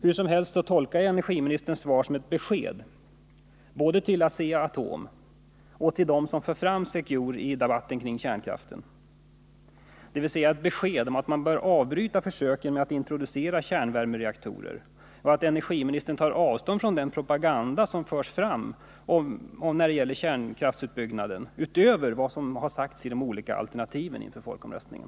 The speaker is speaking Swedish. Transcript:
Hur som helst tolkar jag energiministerns svar som ett besked, både till Asea-Atom och till dem som för fram secure i debatten kring kärnkraften, om att man bör avbryta försöken att introducera kärnvärmereaktorer, och att energiministern tar avstånd från den propaganda som förs fram när det gäller kärnkraftsutbyggnad utöver vad som sagts i de olika alternativen inför folkomröstningen.